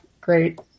great